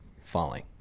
falling